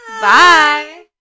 Bye